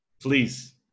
Please